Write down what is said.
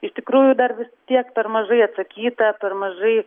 iš tikrųjų dar vis tiek per mažai atsakyta per mažai